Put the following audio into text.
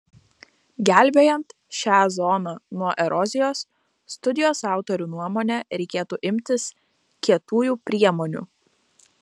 gelbėjant šią zoną nuo erozijos studijos autorių nuomone reikėtų imtis kietųjų priemonių